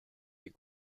des